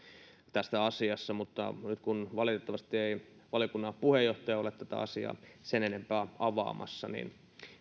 tässä asiassa mutta kun valitettavasti ei valiokunnan puheenjohtaja ole tätä asiaa sen enempää avaamassa niin